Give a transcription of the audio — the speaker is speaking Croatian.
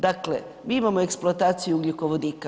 Dakle, mi imamo eksploataciju ugljikovodika.